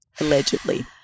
Allegedly